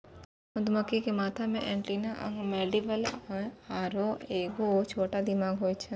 मधुमक्खी के माथा मे एंटीना अंक मैंडीबल आरु एगो छोटा दिमाग होय छै